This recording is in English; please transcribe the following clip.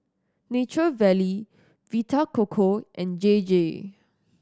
Nature Valley Vita Coco and J J